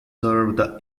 serve